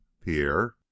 Pierre